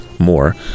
more